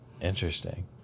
Interesting